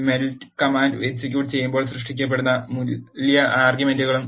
melt command execute ചെയ്യുമ്പോൾ സൃഷ്ടിക്കപ്പെടുന്ന മൂല്യ ആർഗ്യുമെന്റുകളും